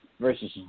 versus